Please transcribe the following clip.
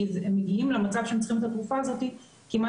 כי הם מגיעים למצב שהם צריכים את התרופה הזאת כמעט